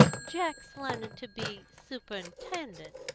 jack's learning to be superintendent,